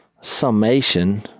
summation